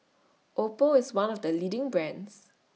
Oppo IS one of The leading brands